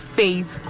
faith